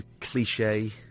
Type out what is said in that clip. cliche